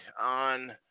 on